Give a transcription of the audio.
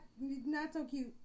not-so-cute